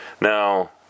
Now